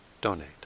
donate